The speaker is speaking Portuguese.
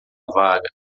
vaga